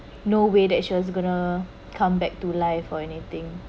no way that she was going to come back to life or anything